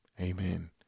Amen